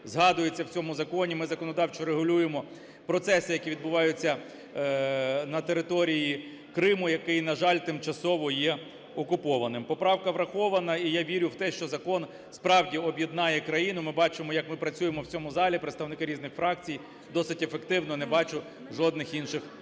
згадується в цьому законі. Ми законодавчо регулюємо процеси, які відбуваються на території Криму, який, на жаль, тимчасово є окупованим. Поправка врахована і я вірю в те, що закон справді об'єднає країну. Ми бачимо як ми працюємо в цьому залі представники різних фракцій досить ефективно, не бачу жодних інших загроз.